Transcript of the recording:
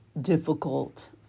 difficult